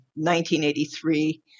1983